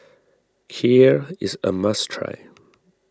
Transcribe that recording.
Kheer is a must try